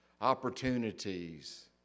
opportunities